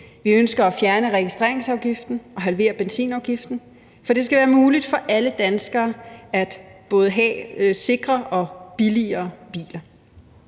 Vi ønsker at fjerne registreringsafgiften og halvere benzinafgiften, for det skal være muligt for alle danskere at have både sikrere og billigere biler.